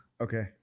Okay